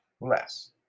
less